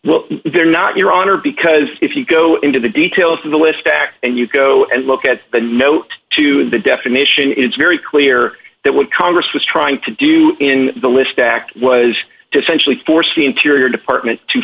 well they're not your honor because if you go into the details of the list back and you go and look at the notes to the definition it's very clear that what congress was trying to do in the list act was to essentially force the interior department to